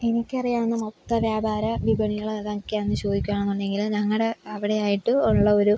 എനിക്കറിയാവുന്ന മൊത്ത വ്യാപാര വിപണികളേതൊക്കെയാണെന്ന് ചോദിക്കുകയാണെന്നുണ്ടെങ്കിൽ ഞങ്ങളുടെ അവിടെയായിട്ട് ഉള്ള ഒരു